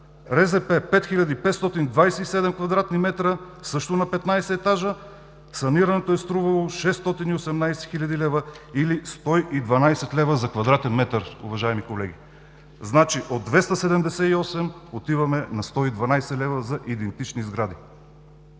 хил. 527 кв. м, също на 15 етажа – санирането е струвало 618 хил. лв. или 112 лв. за квадратен метър, уважаеми колеги. Значи от 278 отиваме на 112 лв. за идентични сгради.